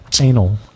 anal